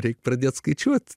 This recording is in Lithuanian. reik pradėti skaičiuoti